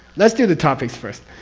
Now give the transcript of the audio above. let's do the topics first.